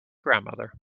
grandmother